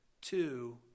two